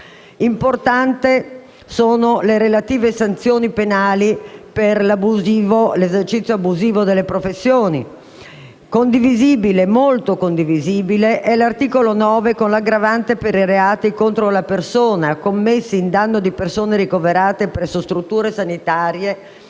Importanti sono le relative sanzioni penali per l'esercizio abusivo delle professioni sanitarie. Estremamente condivisibile è l'articolo 9 con l'aggravante per i reati contro la persona commessi in danno di persone ricoverate presso strutture sanitarie